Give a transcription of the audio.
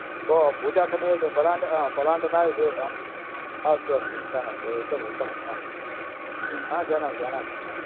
हो पूजा समये पलाण्डु पलाण्डु न अस्तु अस्तु चिन्ता नास्ति तत् उत्तमं उत्तमं हा जानामि जानामि